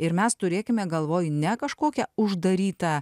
ir mes turėkime galvoj ne kažkokią uždarytą